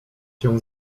cię